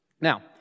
Now